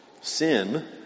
Sin